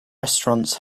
restaurants